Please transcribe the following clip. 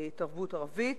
לתרבות ערבית.